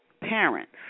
parents